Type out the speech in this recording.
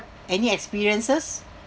any experiences